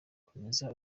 komeza